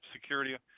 security